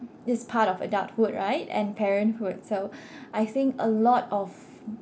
this is part of adulthood right and parenthood so I think a lot of